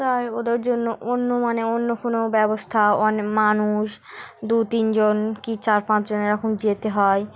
তাই ওদের জন্য অন্য মানে অন্য কোনো ব্যবস্থা অনে মানুষ দু তিনজন কি চার পাঁচজন এরকম যেতে হয়